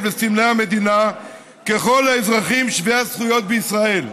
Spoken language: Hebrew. וסמלי המדינה ככל האזרחים שווי הזכויות בישראל.